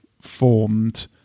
formed